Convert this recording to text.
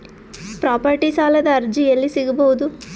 Property ಸಾಲದ ಅರ್ಜಿ ಎಲ್ಲಿ ಸಿಗಬಹುದು?